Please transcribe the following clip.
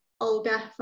Olga